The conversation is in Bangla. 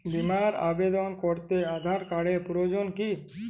বিমার আবেদন করতে আধার কার্ডের প্রয়োজন কি?